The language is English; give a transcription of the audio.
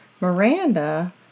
Miranda